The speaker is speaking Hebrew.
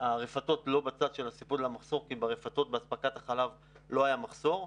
שהרפתות לא בצד של המחסור כי ברפתות באספקת החלב לא היה מחסור.